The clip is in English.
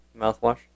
Mouthwash